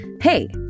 hey